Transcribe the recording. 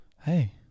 hey